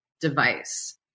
device